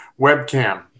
webcam